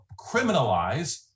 criminalize